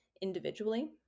individually